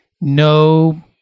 no